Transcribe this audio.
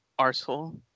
arsehole